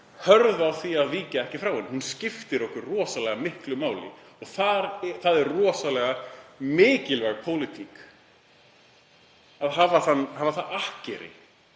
hörð á því að víkja ekki frá henni. Hún skiptir okkur rosalega miklu máli. Það er rosalega mikilvæg pólitík að hafa það akkeri